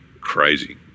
crazy